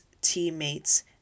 Teammates